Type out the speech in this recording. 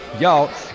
Y'all